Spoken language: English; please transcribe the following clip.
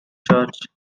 church